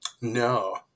No